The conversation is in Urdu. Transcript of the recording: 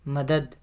مدد